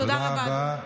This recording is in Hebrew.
תודה רבה.